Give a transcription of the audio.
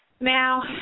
Now